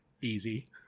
Easy